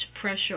pressure